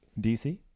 DC